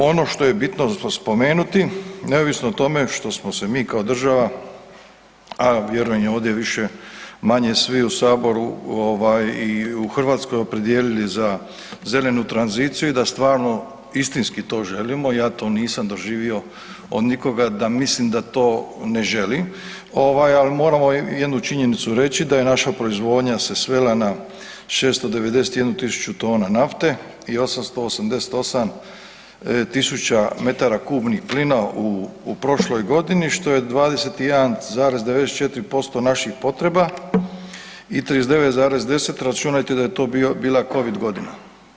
Ono što je bitno spomenuti, neovisno o tome što smo se mi kao država, a vjerujem ovdje manje, više svi u Saboru i u Hrvatskoj opredijelili za zelenu tranziciju i da stvarno istinski to želimo, ja to nisam doživio od nikoga da misli da to ne želi, ali moramo jednu činjenicu reći da je naša proizvodnja se svela na 691 tisuću tona nafte i 888 tisuća metara kubnih plina u prošloj godini što je 21,94% naših potreba i 39,10, računajte da je to bila Covid godina.